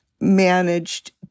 managed